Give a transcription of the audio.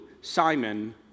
Simon